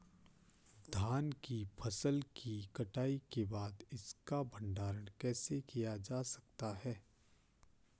धान की फसल की कटाई के बाद इसका भंडारण कैसे किया जा सकता है?